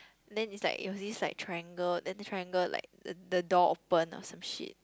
then is like it was this like triangle then the triangle like the the door open or some shit